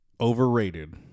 overrated